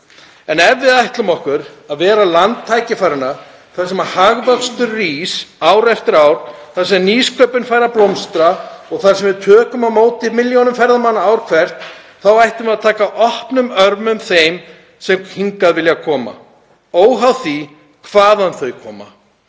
En ef við ætlum okkur að vera land tækifæranna þar sem hagvöxtur rís ár eftir ár, þar sem nýsköpun fær að blómstra og þar sem við tökum á móti milljónum ferðamanna ár hvert, þá ættum að taka opnum örmum þeim sem hingað vilja koma, óháð því hvaðan þau koma.